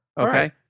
Okay